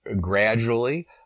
gradually